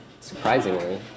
surprisingly